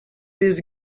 this